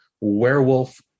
Werewolf